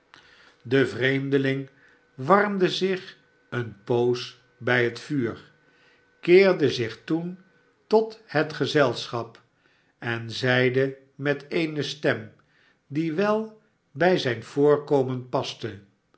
de vreemdeling warmde zich eene poos bij het vuur keerde zich toen tot het gezelschap en zeide met eene stem die wel bij zijn voorkomen paste